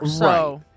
Right